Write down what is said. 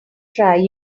try